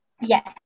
Yes